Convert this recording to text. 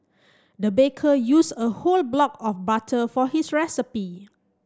the baker used a whole block of butter for his recipe